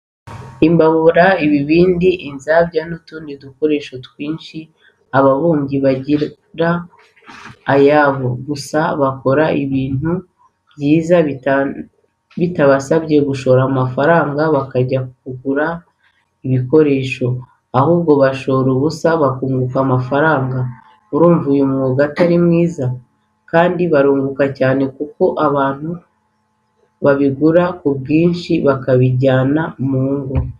Imbabura ibibindi inzabya nutundi dukoresho twisnhi ababumbyi bagira ayabo gusa bakora ibintu byiza bitabasabye gushora amafaranga bajya kugura ibikoresho. ahubwo bashora ubusa bakunguka amafaranga murumva uyumwuga atarimwiza kadi barunguka cyane kuko abantu barabigura kubwinshi bakabijyana mungo.